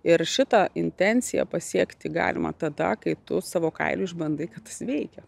ir šitą intenciją pasiekti galima tada kai tu savo kailiu išbandai kad tas veikia